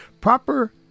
Proper